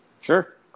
Sure